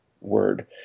word